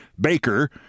Baker